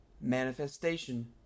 Manifestation